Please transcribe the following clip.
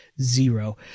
zero